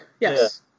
Yes